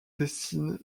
dessinent